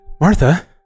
Martha